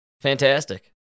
Fantastic